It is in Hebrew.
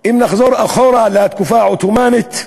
אם נחזור אחורה לתקופה העות'מאנית,